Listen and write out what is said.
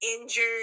injured